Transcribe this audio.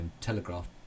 Telegraph